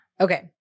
Okay